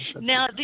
now